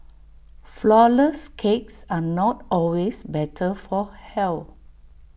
Flourless Cakes are not always better for health